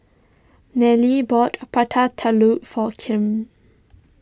Nelly bought Prata Telur for Kipp